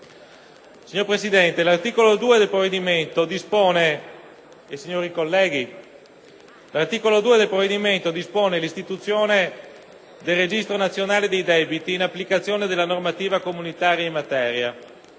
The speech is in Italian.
colleghi, l'articolo 2 del provvedimento dispone l'istituzione del Registro nazionale dei debiti in applicazione della normativa comunitaria in materia,